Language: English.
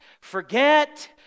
forget